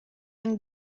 yang